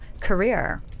career